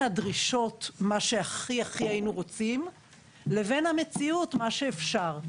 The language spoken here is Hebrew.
הדרישות שהכי-הכי היינו רוצים לבין המציאות שזה מה שאפשר.